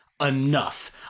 enough